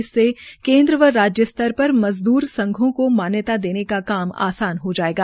इससे केन्द्र व राज्य स्तर मज़दूर संघों को मान्यता देने का काम आसान हो जायेगा